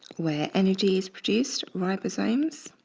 where energy is produced, ribosomes,